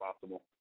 possible